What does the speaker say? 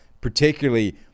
particularly